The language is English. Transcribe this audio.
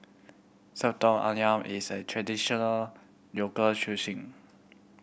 Soto Ayam is a traditional local